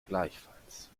gleichfalls